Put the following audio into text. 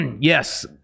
yes